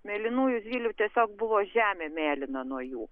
mėlynųjų zylių tiesiog buvo žemė mėlyna nuo jų